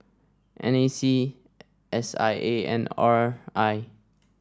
N A C S I A and R I